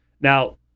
Now